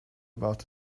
about